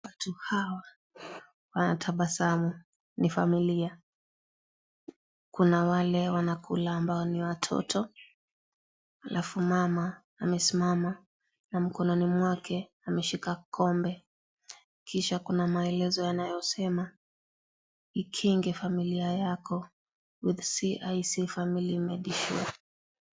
Watu hawa wanatabasamu, ni familia. Kuna wale wanakula ambao ni watoto alafu mama amesimama na mkononi mwake ameshika kombe kisha kuna maelezo yanayosema ikinge familia yako with CIC family medicine .